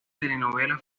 telenovela